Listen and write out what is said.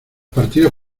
partidos